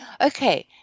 Okay